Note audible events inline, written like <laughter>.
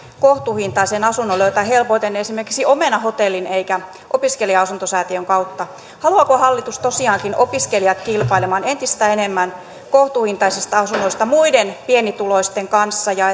kohtuuhintaisen asunnon löytää helpoiten esimerkiksi omenahotellin eikä opiskelija asuntosäätiön kautta haluaako hallitus tosiaankin opiskelijat kilpailemaan entistä enemmän kohtuuhintaisista asunnoista muiden pienituloisten kanssa ja <unintelligible>